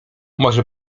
może